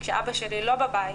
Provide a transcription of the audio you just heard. כשאבא שלי לא בבית